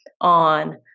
on